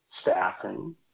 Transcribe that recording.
staffing